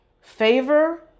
favor